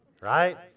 right